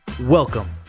Welcome